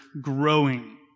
growing